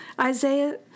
Isaiah